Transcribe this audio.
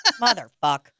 Motherfuck